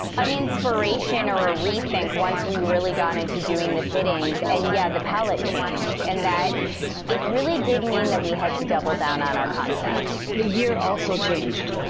an inspiration or a rethink once we really got into doing the fittings, and, yeah, the palette changed. and that it really did mean that we had to double down on our concept. the year also changed.